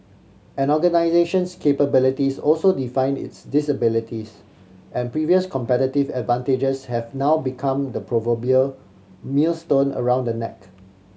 an organisation's capabilities also defined its disabilities and previous competitive advantages have now become the proverbial millstone around the neck